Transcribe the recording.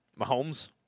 Mahomes